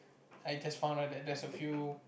I just found out that there's a few